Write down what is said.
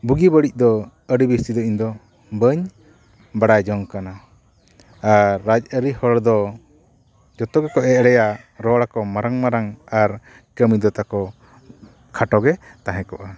ᱵᱩᱜᱤ ᱵᱟᱹᱲᱤᱡ ᱫᱚ ᱤᱧᱫᱚ ᱟᱹᱰᱤ ᱵᱮᱥᱤ ᱫᱚ ᱤᱧᱫᱚ ᱵᱟᱹᱧ ᱵᱟᱲᱟᱭ ᱡᱚᱝ ᱠᱟᱱᱟ ᱟᱨ ᱨᱟᱡᱽᱼᱟᱹᱨᱤ ᱦᱚᱲ ᱫᱚ ᱡᱚᱛᱚ ᱜᱮᱠᱚ ᱮᱲᱮᱭᱟ ᱨᱚᱲ ᱟᱠᱚ ᱢᱟᱨᱟᱝ ᱟᱨ ᱠᱟᱹᱢᱤ ᱫᱚ ᱛᱟᱠᱚ ᱠᱷᱟᱴᱚᱜᱮ ᱛᱟᱦᱮᱸ ᱠᱚᱜᱼᱟ